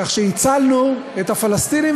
כך שהצלנו את הפלסטינים,